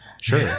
Sure